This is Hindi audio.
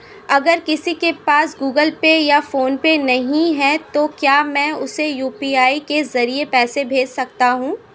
अगर किसी के पास गूगल पे या फोनपे नहीं है तो क्या मैं उसे यू.पी.आई के ज़रिए पैसे भेज सकता हूं?